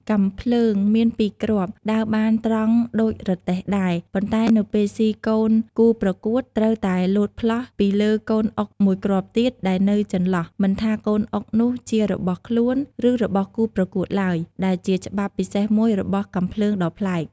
កាំភ្លើង មានពីរគ្រាប់ ដើរបានត្រង់ដូចរទេះដែរ ប៉ុន្តែនៅពេលស៊ីកូនគូប្រកួត ត្រូវតែលោតផ្លោះពីលើកូនអុកមួយគ្រាប់ទៀតដែលនៅចន្លោះ មិនថាកូនអុកនោះជារបស់ខ្លួន ឬរបស់គូប្រកួតឡើយ ដែលជាច្បាប់ពិសេសមួយរបស់កាំភ្លើងដ៏ប្លែក។